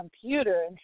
computer